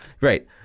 Right